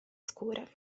scure